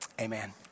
Amen